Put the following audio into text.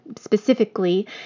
specifically